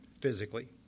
physically